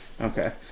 Okay